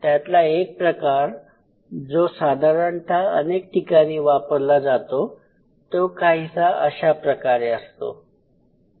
त्यातला एक प्रकार जो साधारणतः अनेक ठिकाणी वापरला जातो तो काहीसा अशा प्रकारे असतो